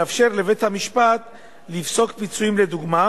לאפשר לבית-המשפט לפסוק פיצויים לדוגמה